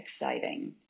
exciting